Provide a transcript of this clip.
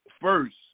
first